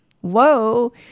Whoa